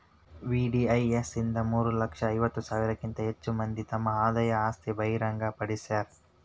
VDIS ಇಂದ ಮೂರ ಲಕ್ಷ ಐವತ್ತ ಸಾವಿರಕ್ಕಿಂತ ಹೆಚ್ ಮಂದಿ ತಮ್ ಆದಾಯ ಆಸ್ತಿ ಬಹಿರಂಗ್ ಪಡ್ಸ್ಯಾರ